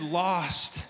lost